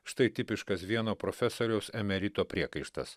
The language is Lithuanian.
štai tipiškas vieno profesoriaus emerito priekaištas